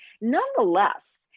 Nonetheless